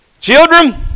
Children